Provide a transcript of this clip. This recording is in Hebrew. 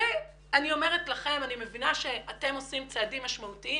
אני מבינה שאתם עושים צעדים משמעותיים